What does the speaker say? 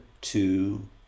two